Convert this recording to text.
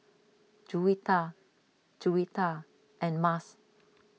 Juwita Juwita and Mas